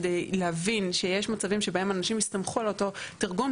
כדי להבין שיש מצבים שבהם אנשים יסתמכו על אותו תרגום,